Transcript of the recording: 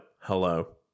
hello